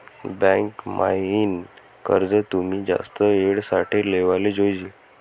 bank म्हाईन कर्ज तुमी जास्त येळ साठे लेवाले जोयजे